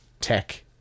tech